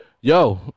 Yo